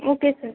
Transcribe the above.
okay sir